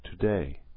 today